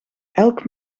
elk